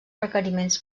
requeriments